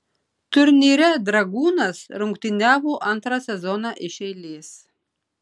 turnyre dragūnas rungtyniavo antrą sezoną iš eilės